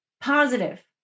positive